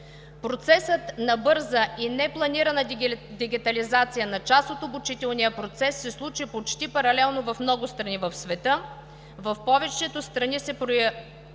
Процесът на бърза и непланирана дигитализация на част от обучителния процес се случи почти паралелно в много страни в света. В повечето страни се проявиха